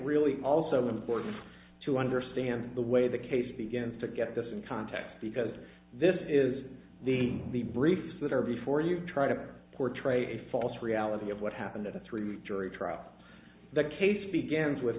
really also important to understand the way the case begins to get this in context because this is the briefs that are before you try to portray a false reality of what happened in a three jury trial the case begins with